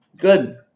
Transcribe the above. Good